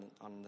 on